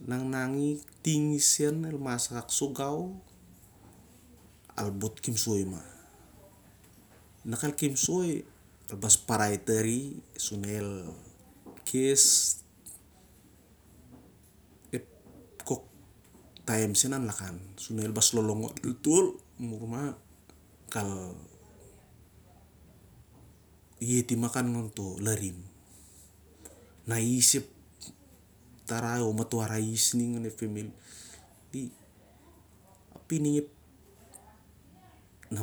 Nangnang i ting sen na imah akak khol gau ap al bhot kipsei mah. Na kal kipso al bas al parai tari sur na el longlongon el tol sur na iet ima khan lonto larim. Al iet toh larim arai who't om me't arai fis na me't a ning.